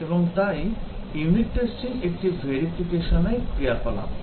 এবং তাই unit testing একটি verification র ক্রিয়াকলাপ